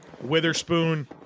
Witherspoon